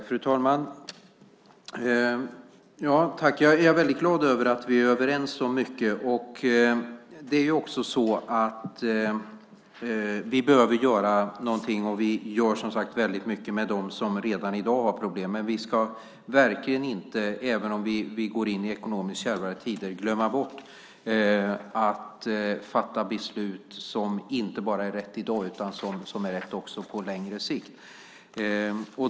Fru talman! Jag är glad över att vi är överens om mycket. Vi behöver göra någonting och vi gör mycket med dem som redan i dag har problem. Även om vi går in i ekonomiskt kärvare tider ska vi inte glömma att fatta beslut som inte bara är rätt i dag utan också på längre sikt.